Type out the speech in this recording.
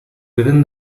within